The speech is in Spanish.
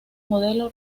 modelo